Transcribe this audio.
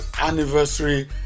anniversary